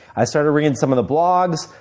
i started reading some of the blogs.